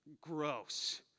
gross